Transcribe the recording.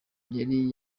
yari